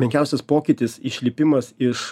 menkiausias pokytis išlipimas iš